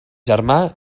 germà